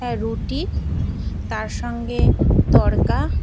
হ্যাঁ রুটি তার সঙ্গে তরকা